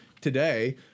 today